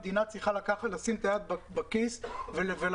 המדינה צריכה לשים את היד בכיס ולהגיד: